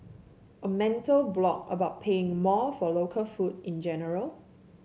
a mental block about paying more for local food in general